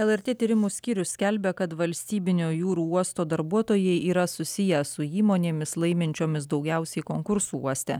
lrt tyrimų skyrius skelbia kad valstybinio jūrų uosto darbuotojai yra susiję su įmonėmis laiminčiomis daugiausiai konkursų uoste